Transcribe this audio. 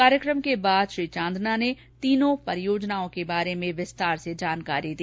कार्यक्रम के बाद श्री चांदना ने तीनों योजनाओं के बारे में विस्तार से जानकारी दी